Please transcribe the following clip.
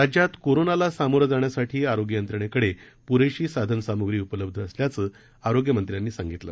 राज्यात कोरोनाला सामोरे जाण्यासाठी आरोग्य यंत्रणेकडे पुरेशी साधनसामग्री उपलब्ध असल्याचं आरोग्यमंत्र्यांनी सांगितलं